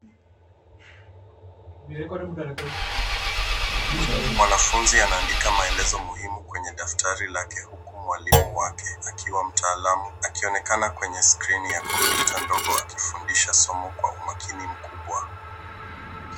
Ni mwanafunzi anaandika maelezo muhimu kwenye daftari lake, huku mwalimu wake akiwa mtaalamu akionekana kwenye skrini ya kompyuta ndogo akifundisha somo kwa umakini mkubwa.